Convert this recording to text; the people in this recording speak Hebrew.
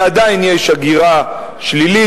שעדיין יש הגירה שלילית,